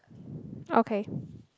okay